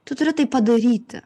tu turi tai padaryti